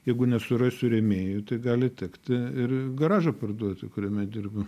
jeigu nesurasiu rėmėjų tai gali tekt ir garažą parduoti kuriame dirbu